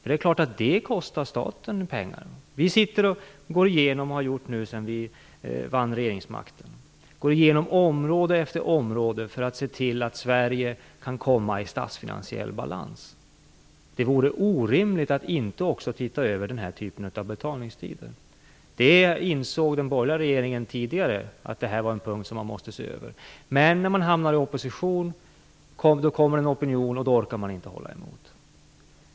Det är klart att det kostar staten pengar. Vi sitter och går igenom det här nu, och det har vi gjort sedan vi vann regeringsmakten. Vi går igenom område efter område för att se till att Sverige kan komma i statsfinansiell balans. Det vore orimligt att inte också se över den här typen av betalningstider. Den borgerliga regeringen insåg tidigare att det här var en punkt som man måste se över. Men när man hamnar i opposition och opinionen kommer orkar man inte hålla emot.